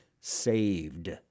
saved